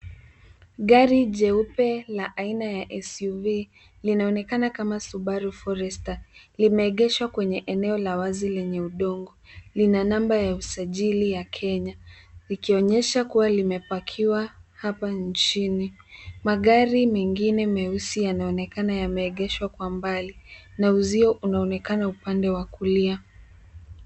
Gari jeupe la aina ya SUV, linaonekana kama Subaru Forester, limeegeshwa kwenye eneo la wazi lenye udongo. Lina namba ya usajili ya Kenya likionyesha kuwa limepakiwa hapa nchini. Magari mengine meusi yanaonekana yameegeshwa kwa mbali na uzio unaonekana upande wa kulia.